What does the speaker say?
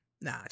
Nah